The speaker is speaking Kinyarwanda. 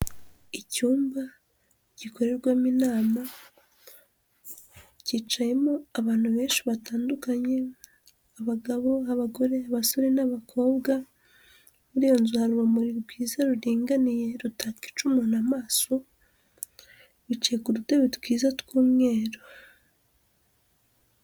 Icyumba gikorerwamo inama, kicayemo abantu benshi batandukanye, abagabo, abagore, abasore n'abakobwa, muri iyo nzu hari urumuri rwiza ruringaniye rutakwica umuntu amaso, bicaye ku dutabe twiza tw'umweru.